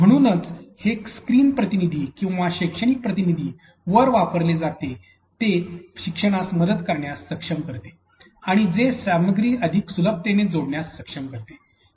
म्हणूनच हे तत्त्व स्क्रीन प्रतिनिधी किंवा शैक्षणिक प्रतिनिधी वर वापरले जाते जे शिक्षणास मदत करण्यास सक्षम करते आणि जे सामग्री अधिक सुलभतेने जोडण्यास सक्षम करते